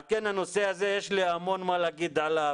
על כן הנושא הזה, יש לי המון מה להגיד עליו.